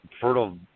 fertile